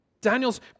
Daniel's